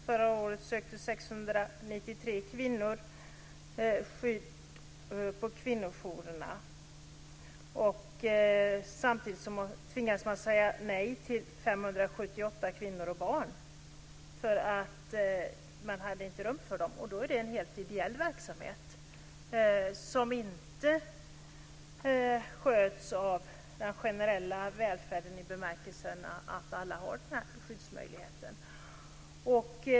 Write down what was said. Förra året sökte 693 kvinnor skydd på kvinnojourerna. Samtidigt tvingades man säga nej till 578 kvinnor och barn för att man inte hade rum för dem. Det är en helt ideell verksamhet som inte sköts av den generella välfärden. Alla har inte denna möjlighet att söka skydd.